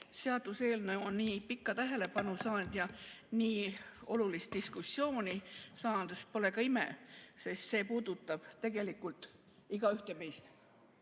seaduseelnõu on nii pikalt tähelepanu ja nii olulist diskussiooni saanud. Pole ka ime, sest see puudutab tegelikult igaühte meist.